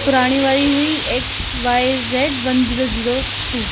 पुराणी वारी हुए X Y Z one zero zero two